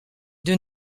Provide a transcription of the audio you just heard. deux